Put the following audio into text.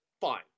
fine